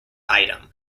item